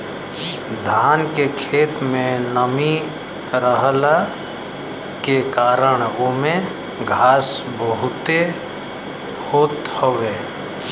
धान के खेत में नमी रहला के कारण ओमे घास बहुते होत हवे